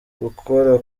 gukora